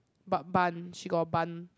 but bun she got a bun